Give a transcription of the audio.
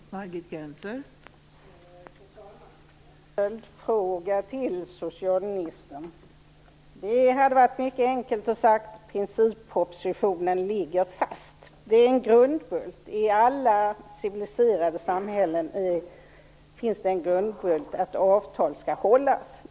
Fru talman! Jag har en följdfråga till socialministern. Det hade varit mycket enkelt att säga att princippropositionen ligger fast. I alla civiliserade samhällen finns grundbulten att avtal skall hållas.